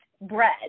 bread